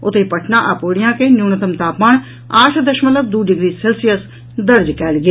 ओतहि पटना आ पूर्णिया के न्यूनतम तापमान आठ दशमलव दू डिग्री सेल्सियस दर्ज कयल गेल